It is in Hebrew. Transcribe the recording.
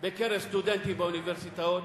בקרב סטודנטים באוניברסיטאות